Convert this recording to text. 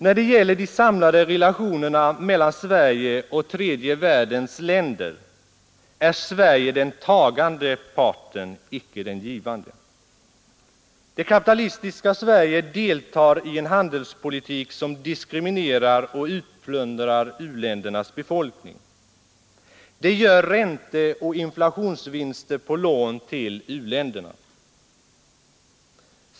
När det gäller de samlade relationerna mellan Sverige och tredje världens länder är Sverige den tagande parten, icke den givande. Det kapitalistiska Sverige deltar i en handelspolitik som diskriminerar och utplundrar u-ländernas befolkning. Det gör ränteoch inflationsvinster på lån till u-länderna.